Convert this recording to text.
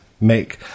make